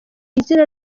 izina